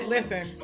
Listen